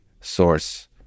source